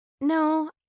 No